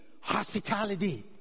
Hospitality